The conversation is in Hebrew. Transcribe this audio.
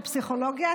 שפסיכולוגיה,